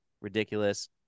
ridiculous